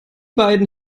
beiden